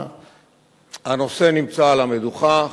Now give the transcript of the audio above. הנושא נמצא על המדוכה,